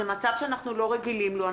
זה מצב שאנחנו לא רגילים לו.